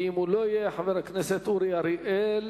ואם הוא לא יהיה, חבר הכנסת אורי אריאל.